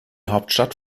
hauptstadt